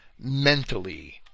mentally